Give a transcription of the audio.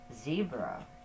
Zebra